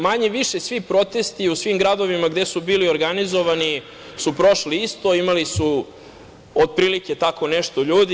Manje-više, svi protesti u svim gradovima gde su bili organizovani su prošli isto, imali su otprilike tako nešto ljudi.